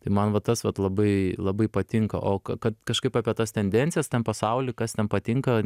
tai man vat tas vat labai labai patinka o kad kažkaip apie tas tendencijas ten pasauly kas ten patinka